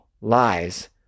lies